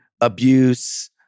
abuse